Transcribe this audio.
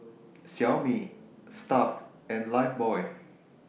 Xiaomi Stuff'd and Lifebuoy